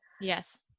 Yes